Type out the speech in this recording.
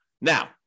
Now